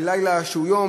על לילה שהוא יום,